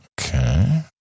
Okay